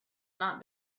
not